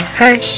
hey